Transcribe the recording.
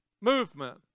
Movement